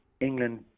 England